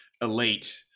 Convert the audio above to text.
elite